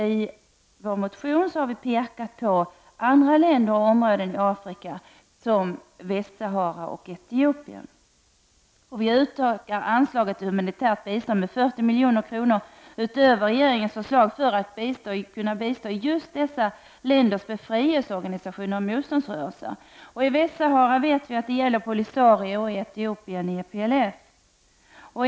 I vår motion har vi pekat på andra länder och områden i Afrika, t.ex. Västsahara och Etiopien. Vi vill öka anslaget till humanitärt bistånd med 40 milj.kr. utöver regeringens förslag, för att kunna bistå bl.a. dessa länders befrielseorganisationer och motståndsrörelser. I Västsahara gäller det Polisario och i Etiopien EPLF.